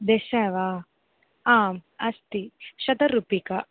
दश वा आम् अस्ति शतरूप्यकं